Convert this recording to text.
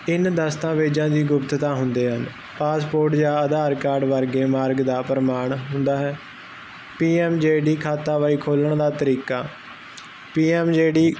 ਇੰਨ ਦਸਤਾਵੇਜ਼ਾਂ ਦੀ ਗੁਪਤਤਾ ਹੁੰਦੇ ਹਨ ਪਾਸਪੋਰਟ ਜਾਂ ਅਧਾਰ ਕਾਰਡ ਵਰਗੇ ਮਾਰਗ ਦਾ ਪ੍ਰਮਾਣ ਹੁੰਦਾ ਹੈ ਪੀਐਮ ਜੇਡੀ ਖਾਤਾ ਬਾਈ ਖੋਲਣ ਦਾ ਤਰੀਕਾ ਪੀਐਮ ਜੇਡੀ